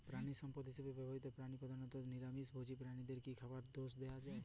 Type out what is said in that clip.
প্রাণিসম্পদ হিসেবে ব্যবহৃত প্রাণী প্রধানত নিরামিষ ভোজী প্রাণীদের কী খাবার দেয়া হয়?